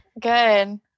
good